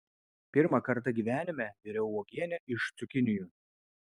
pirmą kartą gyvenime viriau uogienę iš cukinijų